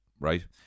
right